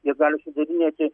jie gali sudarinėti